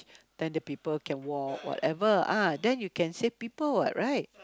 then the people can walk whatever ah then you can save people what right